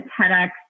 TEDx